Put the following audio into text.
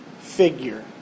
figure